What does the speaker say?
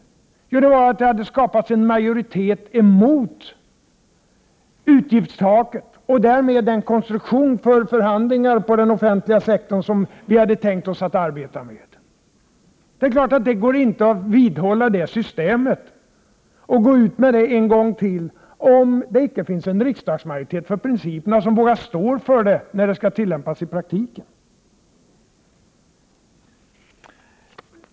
Jo, det var att det hade skapats en majoritet emot utgiftstaket och därmed Prot. 1988/89:59 emot den konstruktion för förhandlingar inom den offentliga sektorn som vi — 1 februari 1989 hade tänkt oss att arbeta med. Det går självfallet inte att vidhålla det systemet och gå ut med det en gång till om det inte finns en riksdagsmajoritet för principerna, som vågar stå för dem när de skall tillämpas i praktiken.